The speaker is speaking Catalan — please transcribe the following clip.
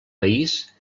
país